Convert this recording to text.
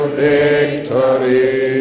victory